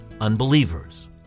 unbelievers